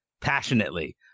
passionately